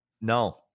No